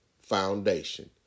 Foundation